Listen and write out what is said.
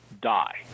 die